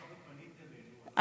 אבל כבוד השרה, מאחר שפנית אלינו, אני